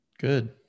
Good